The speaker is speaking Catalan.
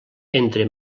entre